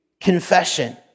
confession